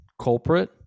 culprit